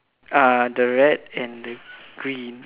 ah the red and the green